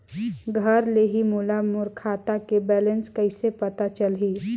घर ले ही मोला मोर खाता के बैलेंस कइसे पता चलही?